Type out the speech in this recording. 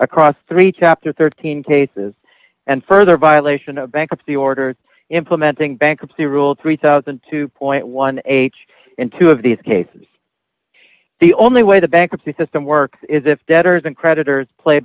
across three chapter thirteen cases and further violation of bankruptcy orders implementing bankruptcy rule three thousand and two point one h and two of these cases the only way the bankruptcy system works is if debtors and creditors play